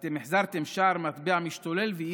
הרי קיבלתם כלכלה מצוינת ואתם החזרתם שער מטבע משתולל ואי-ודאות,